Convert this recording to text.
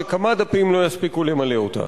שכמה דפים לא יספיקו למלא אותה.